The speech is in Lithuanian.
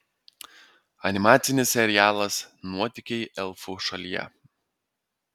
animacinis serialas nuotykiai elfų šalyje